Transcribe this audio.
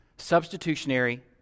substitutionary